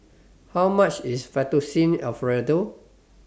How much IS Fettuccine Alfredo